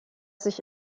sich